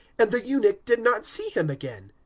and the eunuch did not see him again.